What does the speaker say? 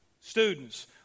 students